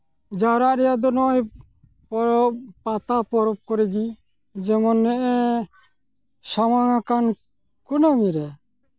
ᱡᱟᱣᱨᱟᱜ ᱨᱮᱭᱟᱜ ᱫᱚ ᱱᱚᱜᱼᱚᱭ ᱯᱚᱨᱚᱵᱽ ᱯᱟᱛᱟ ᱯᱚᱨᱚᱵᱽ ᱠᱚᱨᱮᱜᱤ ᱡᱮᱢᱚᱱ ᱱᱮᱜᱼᱮ ᱥᱟᱢᱟᱝᱟᱠᱟᱱ ᱠᱩᱱᱟᱹᱢᱤ ᱨᱮ